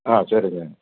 ஆ சரிங்க